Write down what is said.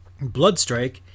Bloodstrike